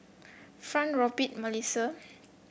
Fronie Robt Malissie